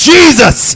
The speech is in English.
Jesus